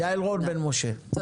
יעל רון בן משה, בבקשה.